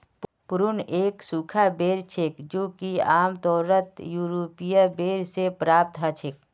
prune एक सूखा बेर छेक जो कि आमतौरत यूरोपीय बेर से प्राप्त हछेक